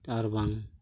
ᱟᱨᱵᱟᱝ